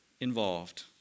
involved